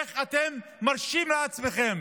איך אתם מרשים לעצמכם